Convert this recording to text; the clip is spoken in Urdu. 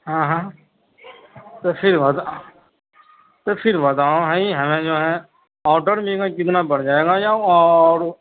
ہاں ہاں تو پھربتا تو پھر بتاؤ بھائی ہمیں جو ہے آؤٹر میں لینا کتنا پڑ جائے گا یا اور